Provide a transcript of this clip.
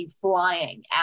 flying